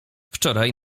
wczoraj